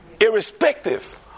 irrespective